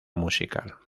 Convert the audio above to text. musical